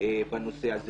בנושא הזה?